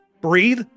breathe